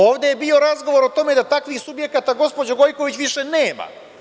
Ovde je bio razgovor o tome da takvih subjekata, gospođo Gojković, više nema.